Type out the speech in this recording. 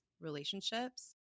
relationships